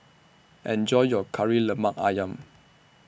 Enjoy your Kari Lemak Ayam